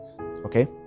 okay